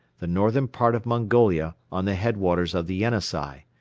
the northern part of mongolia on the head waters of the yenisei,